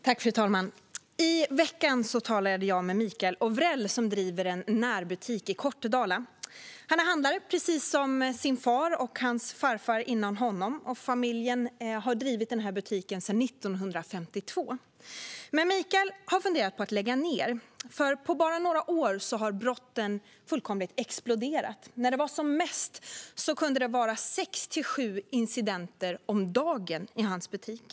Fru talman! I veckan talade jag med Mikael Ovrell, som driver en närbutik i Kortedala. Han är handlare, precis som sin far och farfar före honom. Familjen har drivit butiken sedan 1952. Men Mikael har funderat över att lägga ned. På bara några år har brotten fullkomligt exploderat i omfattning. När det var som mest kunde det vara sex till sju incidenter om dagen i hans butik.